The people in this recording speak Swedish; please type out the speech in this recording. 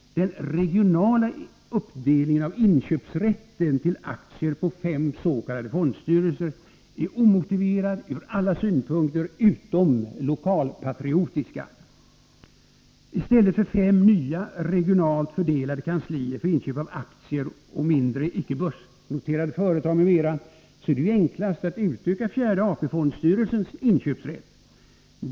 Den regionala uppdelningen av inköpsrätten till aktier på fem s.k. fondstyrelser är omotiverad ur alla synpunkter utom lokalpatriotiska. I stället för fem nya, regionalt fördelade kanslier för inköp av aktier och mindre icke börsnoterade företag m.m., är det enklast att utöka fjärde AP-fondstyrelsens inköpsrätt.